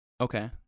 Okay